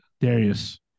Darius